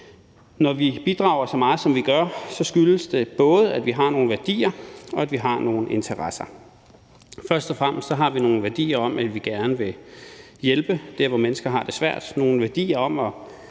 Når vi bidrager så meget, som vi gør, skyldes det både, at vi har nogle værdier, og at vi har nogle interesser. Vi har først og fremmest nogle værdier om, at vi gerne vil hjælpe der, hvor mennesker har det svært, og nogle værdier om at